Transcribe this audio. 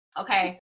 okay